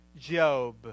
Job